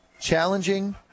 challenging